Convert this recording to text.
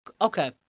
Okay